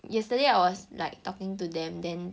yesterday I was like talking to them then